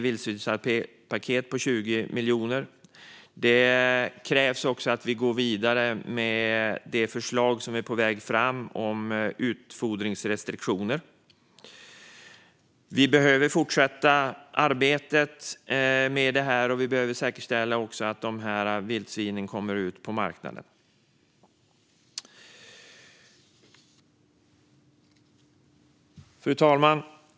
Vildsvinspaketet på 20 miljoner är välkommet. Det krävs också att vi går vidare med det förslag om utfodringsrestriktioner som är på väg fram. Vi behöver fortsätta arbetet med det här, och vi behöver säkerställa att vildsvinen kommer ut på marknaden. Fru talman!